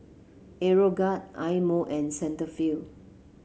Aeroguard Eye Mo and Cetaphil